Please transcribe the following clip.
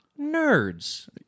nerds